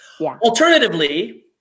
Alternatively